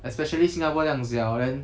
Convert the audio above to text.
especially 新加坡这样小 then